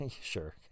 Sure